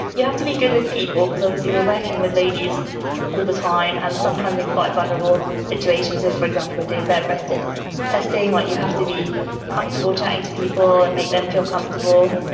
you have to be good with people because obviously we're working with ladies all the time and sometimes in quite vulnerable situations. if, for example, we're doing better rested testing what you have to be comfortable chatting to people and make them feel comfortable.